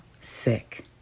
sick